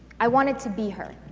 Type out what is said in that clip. i wanted to be her.